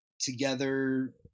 together